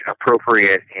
appropriate